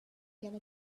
can